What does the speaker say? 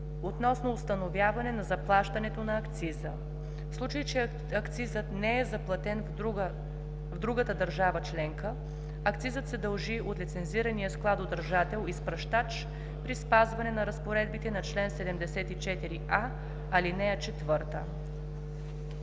относно установяване на заплащането на акциза. В случай че акцизът не е заплатен в другата държава членка, акцизът се дължи от лицензирания складодържател – изпращач, при спазване на разпоредбите на чл. 74а, ал. 4.“